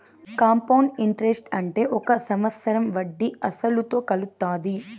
compound interest అంటే ఒక సంవత్సరం వడ్డీ అసలుతో కలుత్తాది